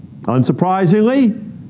Unsurprisingly